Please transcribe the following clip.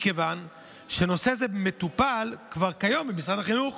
מכיוון שנושא זה מטופל כבר כיום במשרד החינוך